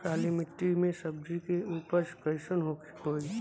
काली मिट्टी में सब्जी के उपज कइसन होई?